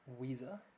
Weezer